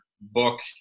book